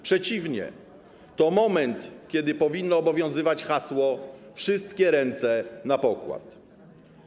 Przeciwnie, to moment, kiedy powinno obowiązywać hasło: wszystkie ręce na pokład.